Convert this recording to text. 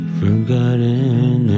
forgotten